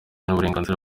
n’uburenganzira